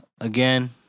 Again